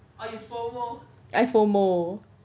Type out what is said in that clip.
I FOMO